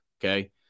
Okay